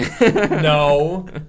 No